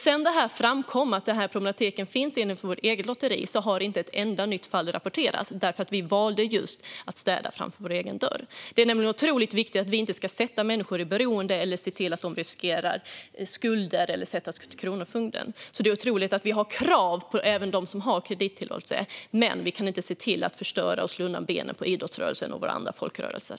Sedan det framkom att denna problematik fanns i vårt eget lotteri har inte ett enda nytt fall rapporterats. Vi valde nämligen att just städa framför vår egen dörr. Det är otroligt viktigt att vi inte försätter människor i beroende eller gör så att människor riskerar att få skulder eller hamna hos kronofogden. Det är otroligt viktigt att vi har krav även på dem som tillåts ha lotteriverksamhet på kredit, men vi kan inte förstöra för idrottsrörelsen och våra andra folkrörelser.